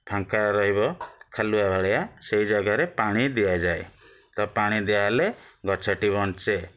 ଫାଙ୍କା ରହିବ ଖାଲୁଆ ଭଳିଆ ସେଇ ଜାଗାରେ ପାଣି ଦିଆଯାଏ ତ ପାଣି ଦିଆହେଲେ ଗଛଟି ବଞ୍ଚେ